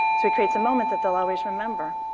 so he creates a moment that they'll always remember.